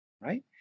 Right